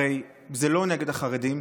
הרי זה לא נגד החרדים,